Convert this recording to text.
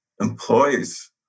employees